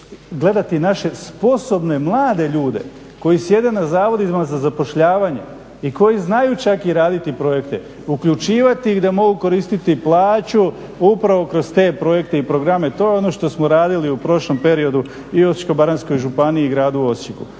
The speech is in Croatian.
gledati naše sposobne mlade ljude koji sjede na Zavodima za zapošljavanje i koji znaju čak i raditi projekte, uključivati ih da mogu koristiti plaću upravo kroz te projekte i programe. To je ono što smo radili u prošlom periodu i u Osječko-baranjskoj županiji i gradu Osijeku.